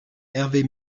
hervé